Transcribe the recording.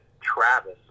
Travis